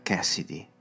Cassidy